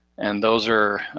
and those are